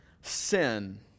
sin